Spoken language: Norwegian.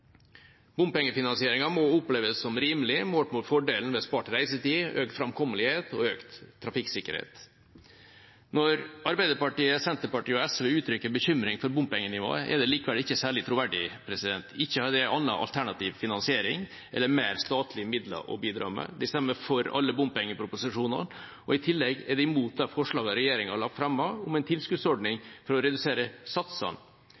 Bompengefinansieringen må oppleves som rimelig, målt mot fordelen ved spart reisetid, økt framkommelighet og økt trafikksikkerhet. Når Arbeiderpartiet, Senterpartiet og SV uttrykker bekymring for bompengenivået, er det likevel ikke særlig troverdig, siden de ikke har noen annen alternativ finansiering eller mer statlige midler å bidra med. De stemmer for alle bompengeproposisjoner, og i tillegg er de imot forslaget regjeringa har fremmet om en tilskuddsordning for å redusere satsene.